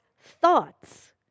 thoughts